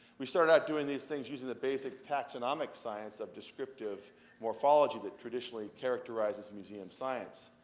we started out doing these things using the basic taxonomic science of descriptive morphology that traditionally characterizes museum science.